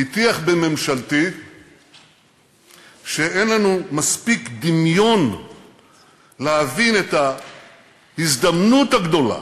הטיח בממשלתי שאין לנו מספיק דמיון להבין את ההזדמנות הגדולה